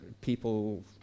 people